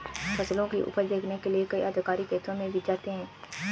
फसलों की उपज देखने के लिए कई अधिकारी खेतों में भी जाते हैं